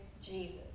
Jesus